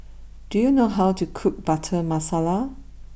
do you know how to cook Butter Masala